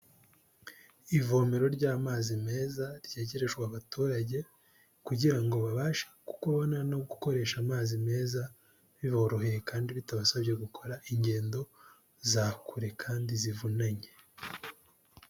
Ivomero ry'amazi meza ryegerejwe abaturage, kugira ngo babashe kubona no gukoresha amazi meza biboroheye kandi bitabasabye gukora ingendo za kure kandi zivunanye.